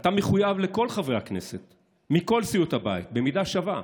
אתה מחויב לכל חברי הכנסת מכל סיעות הבית במידה שווה,